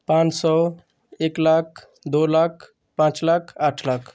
पाँच सौ एक लाख दो लाख पाँच लाख आठ लाख